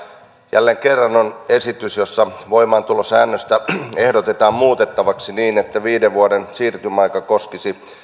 jälleen kerran on esitys jossa voimaantulosäännöstä ehdotetaan muutettavaksi niin että viiden vuoden siirtymäaika koskisi